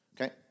Okay